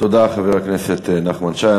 תודה לחבר הכנסת נחמן שי.